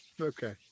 Okay